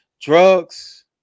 drugs